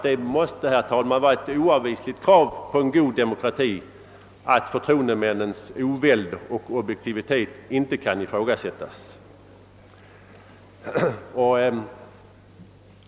Det måste vara ett oavvisligt krav i en god demokrati, att förtroendemännens oväld och objektivitet inte kan ifrågasättas.